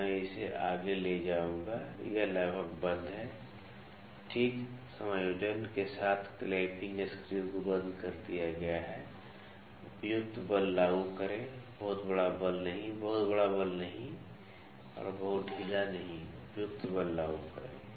तो मैं इसे आगे ले जाऊंगा यह लगभग बंद है ठीक समायोजन के साथ क्लैंपिंग स्क्रू को बंद कर दिया गया है उपयुक्त बल लागू करें बहुत बड़ा बल नहीं बहुत बड़ा बल नहीं और बहुत ढीला नहीं उपयुक्त बल लागू करें